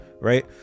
right